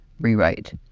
rewrite